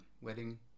wedding